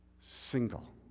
single